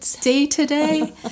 day-to-day